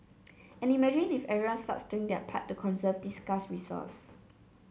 and imagine if everyone starts doing their part to conserve this scarce resource